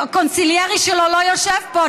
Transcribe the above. הקונסליירי שלו לא יושב פה.